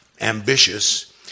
ambitious